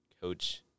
Coach